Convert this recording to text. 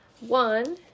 one